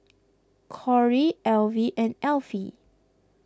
Corrie Alvie and Alfie